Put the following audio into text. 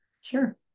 Sure